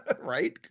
Right